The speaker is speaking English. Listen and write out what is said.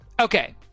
Okay